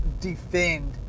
defend